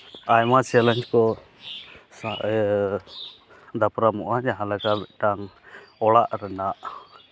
ᱟᱭᱢᱟ ᱪᱮᱞᱮᱧᱡᱽ ᱠᱚ ᱫᱟᱯᱨᱟᱢᱚᱜᱼᱟ ᱡᱟᱦᱟᱸᱞᱮᱠᱟᱱ ᱢᱤᱫᱴᱟᱝ ᱚᱲᱟᱜ ᱨᱮᱱᱟᱜ